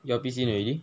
earpiece in already